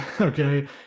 okay